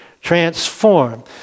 transform